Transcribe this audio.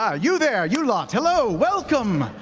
yeah you there, you lot, hello, welcome,